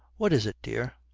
what is it, dear